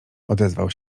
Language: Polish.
odezwał